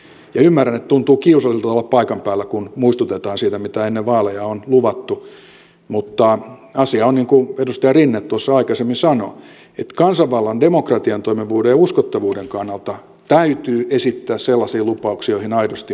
ja ymmärrän että tuntuu kiusalliselta olla paikan päällä kun muistutetaan siitä mitä ennen vaaleja on luvattu mutta asia on niin kuin edustaja rinne tuossa aikaisemmin sanoi että kansanvallan ja demokratian toimivuuden ja uskottavuuden kannalta täytyy esittää sellaisia lupauksia joihin aidosti on sitoutunut